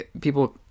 People